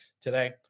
today